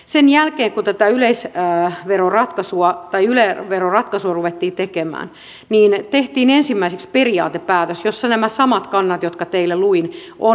sen jälkeen kun tätä yle veroratkaisua ruvettiin tekemään tehtiin ensimmäiseksi periaatepäätös jossa nämä samat kannat jotka teille luin ovat myöskin esillä